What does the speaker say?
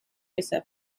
yourself